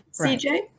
CJ